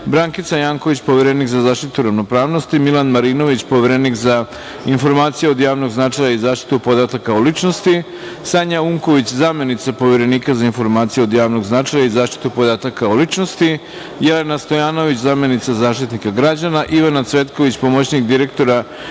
Brankica Janković, poverenik za zaštitu ravnopravnosti, Milan Marinović, poverenik za informacije od javnog značaja i zaštitu podataka o ličnosti, Sanja Unković, zamenica Poverenika za informacije od javnog značaja i zaštitu podataka o ličnosti, Jelena Stojanović, zamenica Zaštitnika građana, Ivana Cvetković, pomoćnik direktora